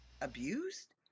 abused